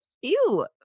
Ew